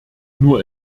nur